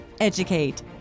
Educate